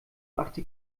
brachte